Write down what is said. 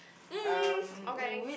mm okay